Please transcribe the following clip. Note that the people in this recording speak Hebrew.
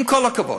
עם כל הכבוד,